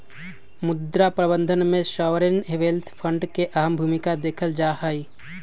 मुद्रा प्रबन्धन में सॉवरेन वेल्थ फंड के अहम भूमिका देखल जाहई